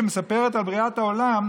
שמספרת על בריאת העולם,